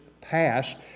passed